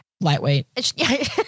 lightweight